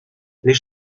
les